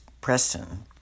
Preston